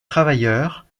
travailleurs